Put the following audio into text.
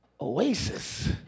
oasis